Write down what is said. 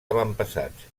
avantpassats